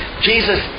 Jesus